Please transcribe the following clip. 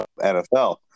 NFL